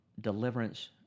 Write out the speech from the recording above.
deliverance